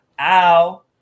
Ow